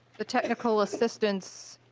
ah technical assistance